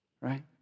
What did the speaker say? right